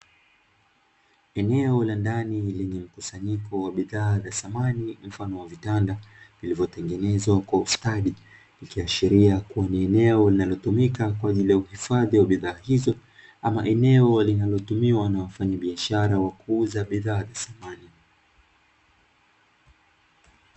Eneo la ndani, lenye mkusanyiko wa bidhaa za samani mfano wa vitanda vilivyotengenezwa kwa ustadi. Ikiashiria kuwa ni eneo linalotumika kwa ajili ya uhifadhi wa bidhaa hizo, ama eneo linalotumiwa na wafanyabiashara wa kuuza bidhaa za samani.